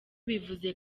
bivuze